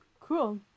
cool